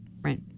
right